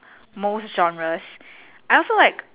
most genres I also like